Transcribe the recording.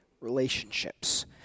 relationships